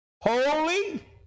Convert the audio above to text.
Holy